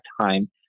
time